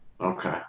Okay